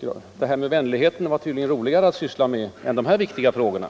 Det där med vänligheten var tydligen roligare att syssla med än de konkreta frågorna.